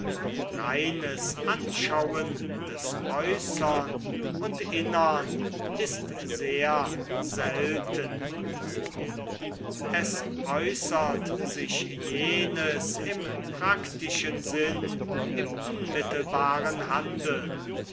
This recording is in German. reines anschauen des äußern und innern ist sehr selten es äußert sich jenes im praktischen sinn im unmittelbaren handeln